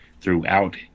throughout